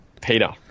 peter